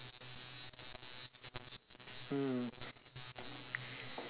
mm